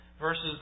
Verses